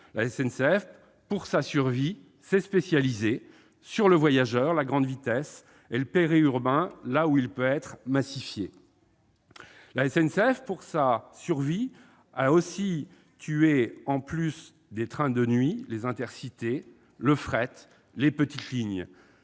La SNCF, pour sa survie, s'est spécialisée sur le voyageur, la grande vitesse et le périurbain, privilégiant les secteurs où le transport peut être massifié. La SNCF, pour sa survie, a aussi tué, en plus des trains de nuit, les Intercités, le fret, les petites lignes.